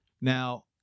Now